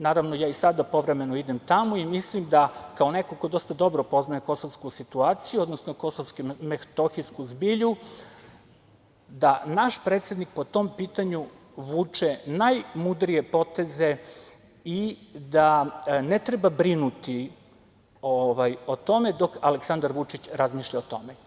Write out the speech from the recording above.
Naravno, ja i sada povremeno idem tamo i mislim da kao neko ko dosta dobro poznaje kosovsku situaciju, odnosno kosovsko-metohijsku zbilju da naš predsednik po tom pitanju vuče najmudrije poteze i da ne treba brinuti o tome dok Aleksandar Vučić razmišlja o tome.